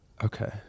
Okay